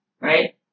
right